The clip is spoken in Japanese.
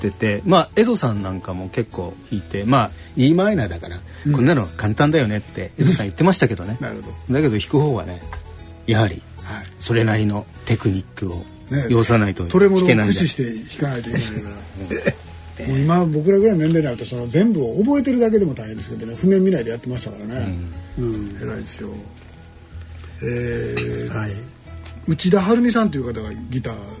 てて、まあ、江戸さんなんかも結構弾いて、まあ、Eマイナーだから、うん。こんなの簡単だよねって江戸さん言ってましたけどね。うん。なるほど。だけど弾く方はね、やはりそれなりのテクニックをねえ、要さないと弾けないんだ。トレモロを駆使して弾かないといけないから。 えー。もう今僕らぐらいの年齢になると、その全部を覚えてるだけでも大変ですけどね。譜面見ないでやってましたからね。うん。うん、偉いですよ。えー、はい。内田晴美さんという方がギター